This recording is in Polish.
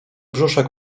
brzuszek